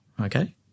okay